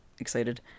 Excited